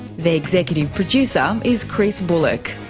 the executive producer um is chris bullock,